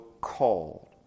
called